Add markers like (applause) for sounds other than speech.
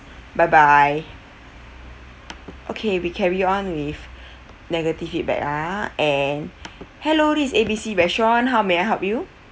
bye bye okay we carry on with (breath) negative feedback ah and hello this is A B C restaurant how may I help you